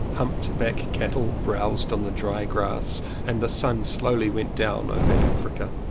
humped backed cattle browsed on the dry grass and the sun slowly went down over africa.